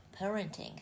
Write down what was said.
parenting